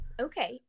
Okay